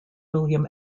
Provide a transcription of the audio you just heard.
william